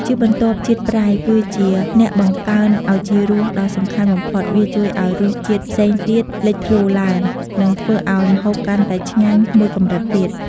ជាបន្ទាប់ ជាតិប្រៃ គឺជាអ្នកបង្កើនឱជារសដ៏សំខាន់បំផុត វាជួយឱ្យរសជាតិផ្សេងទៀតលេចធ្លោឡើង និងធ្វើឱ្យម្ហូបកាន់តែឆ្ញាញ់មួយកម្រិតទៀត។